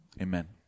amen